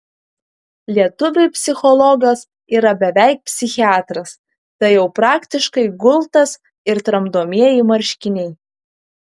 lietuviui psichologas yra beveik psichiatras tai jau praktiškai gultas ir tramdomieji marškiniai